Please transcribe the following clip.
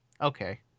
okay